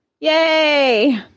Yay